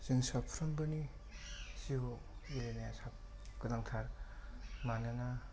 जों साफ्रोमबोनि जिउआव गेलेनाया गोनांथार मानोना